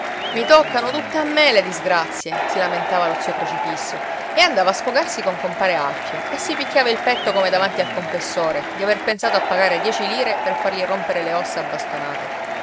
i toccano tutte a me le disgrazie si lamentava lo zio crocifisso e andava a sfogarsi con compare alfio e si picchiava il petto come davanti al confessore di aver pensato a pagare dieci lire per fargli rompere le ossa a bastonate